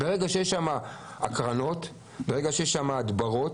ברגע שיש שם הקרנות, ברגע שיש שם הדברות,